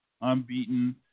unbeaten